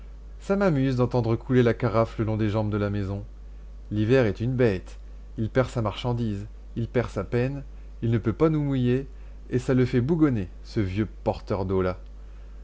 ça m'amuse d'entendre couler la carafe le long des jambes de la maison l'hiver est une bête il perd sa marchandise il perd sa peine il ne peut pas nous mouiller et ça le fait bougonner ce vieux porteur deau là